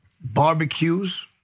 barbecues